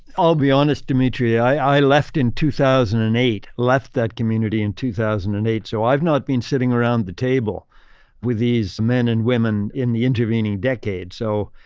i'll be honest, demetri, i left in two thousand and eight. left that community in two thousand and eight, so i've not been sitting around the table with these men and women in the intervening decade. so,